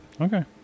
Okay